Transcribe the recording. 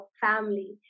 family